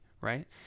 right